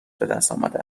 بهدستآمده